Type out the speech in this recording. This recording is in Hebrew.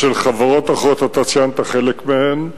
של חברות אחרות, אתה ציינת חלק מהן,